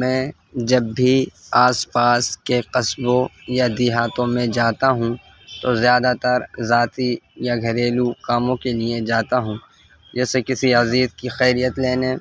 میں جب بھی آس پاس کے قصبوں یا دیہاتوں میں جاتا ہوں تو زیادہ تر ذاتی یا گھریلو کاموں کے لیے جاتا ہوں جیسے کسی عزیز کی خیریت لینے